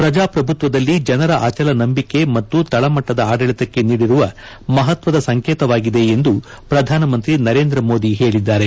ಪ್ರಜಾಪ್ರಭುತ್ವದಲ್ಲಿ ಜನರ ಅಚಲ ನಂಬಿಕೆ ಮತ್ತು ತಳಮಟ್ಟದ ಆಡಳಿತಕ್ಕೆ ನೀಡಿರುವ ಮಹತ್ವದ ಸಂಕೇತವಾಗಿದೆ ಎಂದು ಶ್ರಧಾನಮಂತ್ರಿ ನರೇಂದ್ರ ಮೋದಿ ಹೇಳಿದ್ದಾರೆ